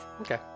Okay